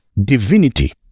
divinity